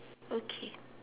okay